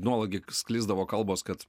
nuolat gi sklisdavo kalbos kad